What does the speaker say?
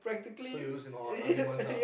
so you lose in all what arguments ah